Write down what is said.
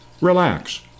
Relax